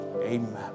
amen